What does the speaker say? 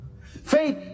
Faith